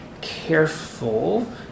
careful